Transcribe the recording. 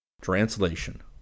Translation